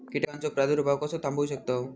कीटकांचो प्रादुर्भाव कसो थांबवू शकतव?